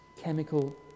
chemical